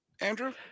Andrew